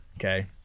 okay